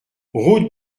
route